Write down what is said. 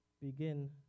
begin